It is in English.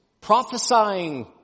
prophesying